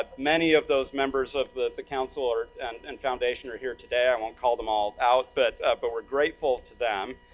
ah many of those members of the the council and and foundation are here today, i won't call them all out. but but, we're grateful to them.